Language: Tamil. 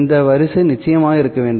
இந்த வரிசை நிச்சயமாக இருக்க வேண்டும்